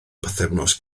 bythefnos